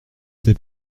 t’ai